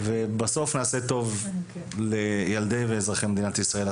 בסוף נעשה טוב לילדי ואזרחי מדינת ישראל.